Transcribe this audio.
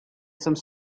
some